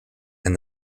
and